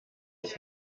ich